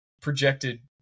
projected